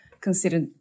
Consider